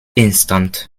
instant